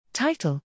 Title